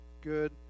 good